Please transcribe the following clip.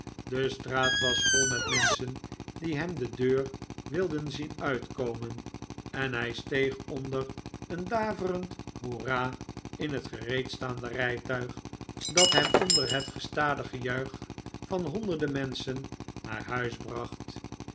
de straat was vol met menschen die hem de deur wilden zien uitkomen en hij steeg onder een daverend hoera in het gereedstaande rijtuig dat hem onder het gestadig gejuich van honderdon menschen naar huis bracht